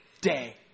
day